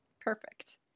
perfect